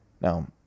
Now